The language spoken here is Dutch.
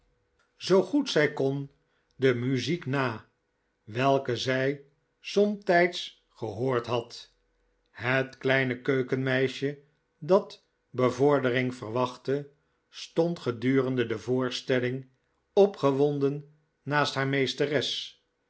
zoo goed zij kon de muziek na welke zij somtijds gehoord had het kleine keukenmeisje dat bevordering verwachtte stond gedurende de voorstelling opgewonden naast haar meesteres